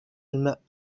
الماء